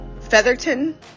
featherton